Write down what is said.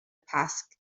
pasg